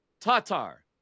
Tatar